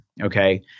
Okay